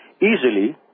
easily